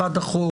אחד אחורה,